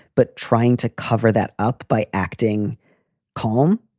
but trying to cover that up by acting calm,